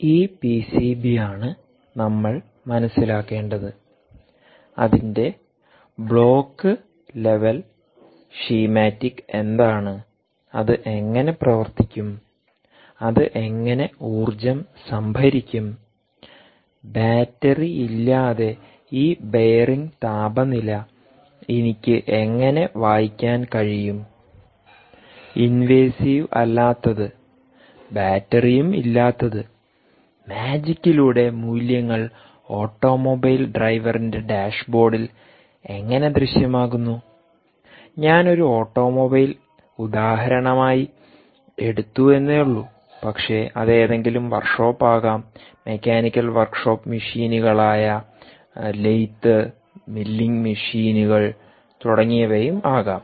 ഈ പിസിബിയാണ് നമ്മൾ മനസ്സിലാക്കേണ്ടത്അതിന്റെ ബ്ലോക്ക് ലെവൽ സ്കീമാറ്റിക് എന്താണ്അത് എങ്ങനെ പ്രവർത്തിക്കുംഅത് എങ്ങനെ ഊർജ്ജം സംഭരിക്കുംബാറ്ററിയില്ലാതെ ഈ ബെയറിംഗ് താപനില എനിക്ക് എങ്ങനെ വായിക്കാൻ കഴിയും ഇൻവേസീവ് അല്ലാത്തത്ബാറ്ററിയും ഇല്ലാത്തത് മാജിക്കിലൂടെ മൂല്യങ്ങൾ ഓട്ടോമൊബൈൽ ഡ്രൈവറിന്റെ ഡാഷ്ബോർഡിൽ എങ്ങനെ ദൃശ്യമാകുന്നു ഞാൻ ഒരു ഓട്ടോമൊബൈൽ ഉദാഹരണമായി എടുത്ത് എന്നേ ഉളളൂ പക്ഷേ അത് ഏതെങ്കിലും വർക്ക്ഷോപ്പ് ആകാം മെക്കാനിക്കൽ വർക്ക്ഷോപ്പ് മെഷീനുകളായ ലെയ്ത്ത് മില്ലിംഗ് മെഷീനുകൾതുടങ്ങിയവയും ആകാം